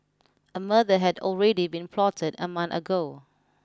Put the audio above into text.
a murder had already been plotted a month ago